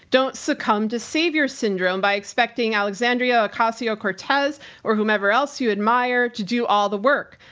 don't succumb to savior syndrome by expecting alexandria ocasio cortez or whomever else you admire to do all the work.